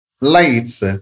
lights